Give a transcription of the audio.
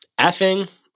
effing